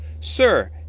Sir